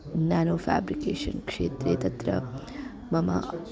नानो फ़्याब्रिकेशन् क्षेत्रे तत्र मम